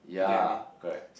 yeah correct